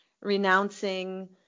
renouncing